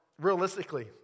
realistically